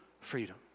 freedom